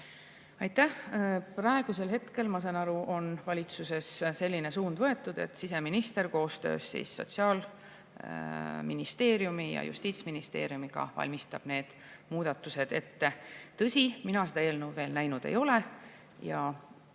Aitäh! Praegusel hetkel, ma saan aru, on valitsuses selline suund võetud, et siseminister koostöös Sotsiaalministeeriumi ja Justiitsministeeriumiga valmistab need muudatused ette. Tõsi, mina seda eelnõu näinud veel ei ole ja